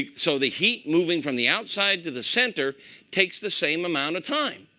like so the heat moving from the outside to the center takes the same amount of time.